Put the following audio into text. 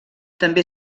també